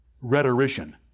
rhetorician